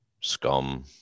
scum